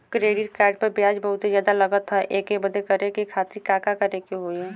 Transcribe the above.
Credit card पर ब्याज बहुते ज्यादा लगत ह एके बंद करे खातिर का करे के होई?